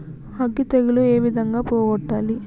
అగ్గి తెగులు ఏ విధంగా పోగొట్టాలి?